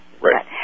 Right